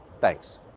Thanks